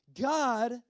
God